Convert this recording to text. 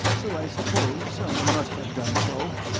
so i suppose someone must have done so.